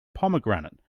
pomegranate